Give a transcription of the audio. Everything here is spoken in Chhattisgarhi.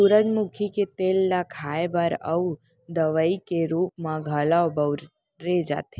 सूरजमुखी के तेल ल खाए बर अउ दवइ के रूप म घलौ बउरे जाथे